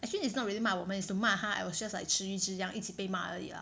actually it's not really 骂我们 is to 骂他 I was just like 这样一起被骂而已 lah